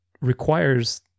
requires